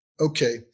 okay